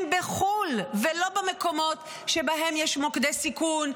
בחו"ל ולא במקומות שבהם יש מוקדי סיכון,